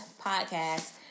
podcast